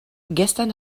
gestern